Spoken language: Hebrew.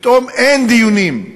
פתאום אין דיונים.